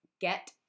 get